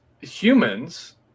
humans